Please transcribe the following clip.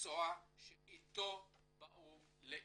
במקצוע שאיתו הם באו לישראל.